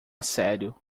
sério